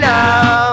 now